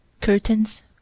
curtains